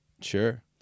Sure